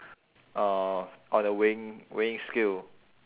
uh on the weighing weighing scale